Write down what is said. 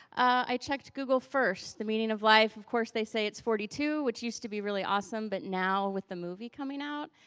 i checked google first. the meaning of life, of course, they say it's forty two, which used to be really awesome, but now with the movie coming out,